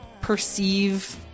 perceive